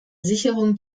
sicherung